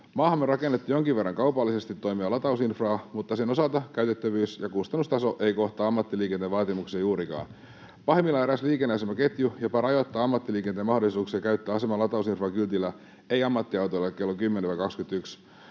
Maahamme on rakennettu jonkin verran kaupallisesti toimivaa latausinfraa, mutta sen osalta käytettävyys ja kustannustaso eivät kohta ammattiliikenteen vaatimuksia juurikaan. Pahimmillaan eräs liikenneasemaketju jopa rajoittaa ammattiliikenteen mahdollisuuksia käyttää aseman latausinfraa kyltillä ”ei ammattiautoilijoille kello 10—21”.